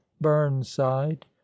burnside